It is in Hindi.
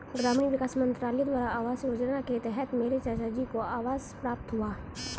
ग्रामीण विकास मंत्रालय द्वारा आवास योजना के तहत मेरे चाचाजी को आवास प्राप्त हुआ